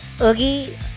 Oogie